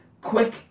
quick